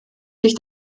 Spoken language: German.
sich